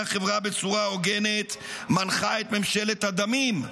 החברה בצורה הוגנת מנחה את ממשלת הדמים,